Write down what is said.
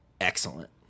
excellent